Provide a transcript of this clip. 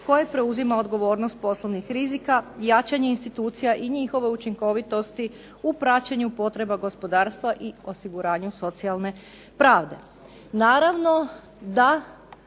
koje preuzima odgovornost poslovnih rizika, jačanje institucija i njihovo učinkovitosti u praćenju potreba gospodarstva i osiguranju socijalne pravde.